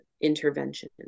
intervention